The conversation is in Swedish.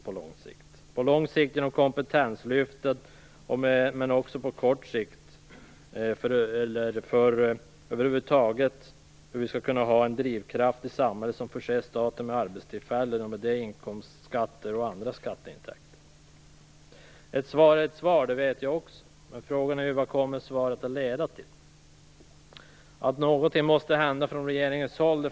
På lång sikt kan den lösas genom kompetenslyft för att vi över huvud taget skall kunna ha en drivkraft i samhället som förser staten med arbetstillfällen som bidrar till inkomstskatter och andra skatteinkomster. Ett svar är ett svar, det vet jag också. Men frågan är vad svaret kommer att leda till. Alla svenskar förväntar sig nog att någonting måste hända från regeringens håll.